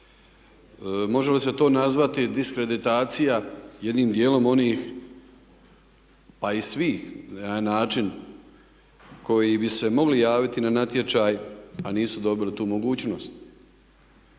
može li se to nazvati diskreditacija jednim dijelom onih pa i svih na jedan način koji bi se mogli javiti na natječaj a nisu dobili tu mogućnost?